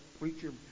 preacher